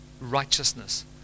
righteousness